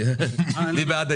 מי נגד?